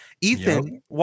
Ethan